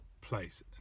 place